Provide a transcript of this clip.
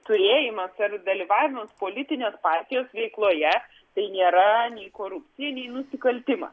turėjimas ar dalyvavimas politinės partijos veikloje tai nėra nei korupcija nei nusikaltimas